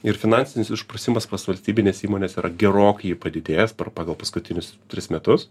ir finansinis išprusimas pas valstybines įmones yra gerokai padidėjęs per pagal paskutinius tris metus